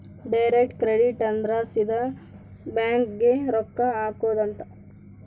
direct credit ಅಂದ್ರ ಸೀದಾ bank ಗೇ ರೊಕ್ಕ ಹಾಕೊಧ್ ಅಂತ